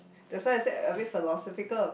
that's why I said a bit philosophical